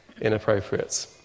inappropriate